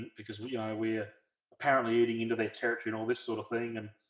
because we're we're apparently eating into their territory and all this sort of thing and